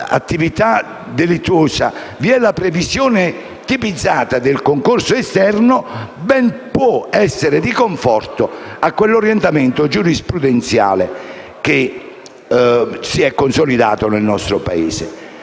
un'attività delittuosa vi è la previsione tipizzata del concorso esterno, ben può essere di conforto a quell'orientamento giurisprudenziale che si è consolidato nel nostro Paese.